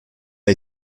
n’a